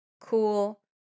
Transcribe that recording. cool